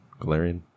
Galarian